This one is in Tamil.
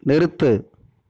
நிறுத்து